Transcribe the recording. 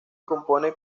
compone